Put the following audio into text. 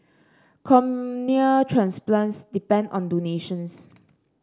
cornea transplants depend on donations